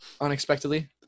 unexpectedly